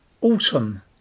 autumn